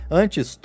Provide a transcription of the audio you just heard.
antes